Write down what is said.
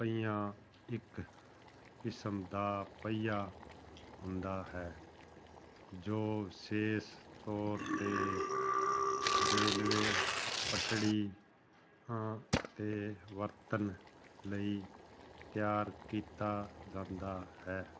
ਪਹੀਆ ਇੱਕ ਕਿਸਮ ਦਾ ਪਹੀਆ ਹੁੰਦਾ ਹੈ ਜੋ ਵਿਸ਼ੇਸ਼ ਤੌਰ 'ਤੇ ਰੇਲਵੇ ਪਟੜੀਆਂ 'ਤੇ ਵਰਤਣ ਲਈ ਤਿਆਰ ਕੀਤਾ ਜਾਂਦਾ ਹੈ